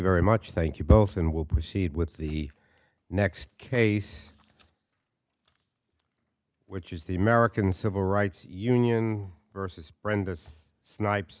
very much thank you both and will proceed with the next case which is the american civil rights union versus brenda's snipes